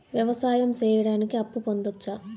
వ్యవసాయం సేయడానికి అప్పు పొందొచ్చా?